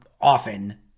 often